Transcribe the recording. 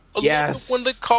Yes